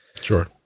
Sure